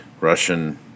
russian